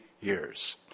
years